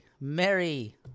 Mary